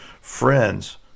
friends